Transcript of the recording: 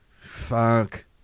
Fuck